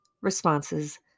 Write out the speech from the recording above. responses